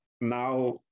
now